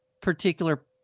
particular